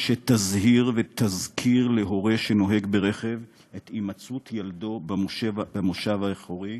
שתזהיר ותזכיר להורה שנוהג ברכב את הימצאות ילדו במושב האחורי.